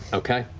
okay.